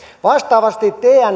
vastaavasti